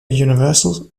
universal